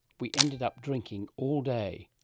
we ended up drinking all day.